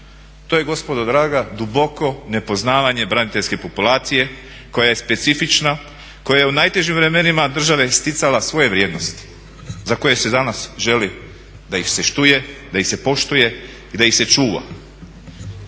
To je gospodo draga duboko nepoznavanje braniteljske populacije koja je specifična, koja je u najtežim vremenima države sticala svoje vrijednosti za koje se danas želi da ih se štuje, da ih se poštuje i da ih se čuva.